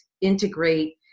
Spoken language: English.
integrate